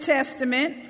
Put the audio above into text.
Testament